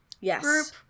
yes